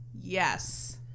Yes